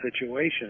situation